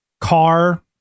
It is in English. car